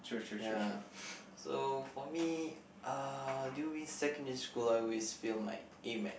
ya so for me uh during secondary school I always fail my A math